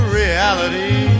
reality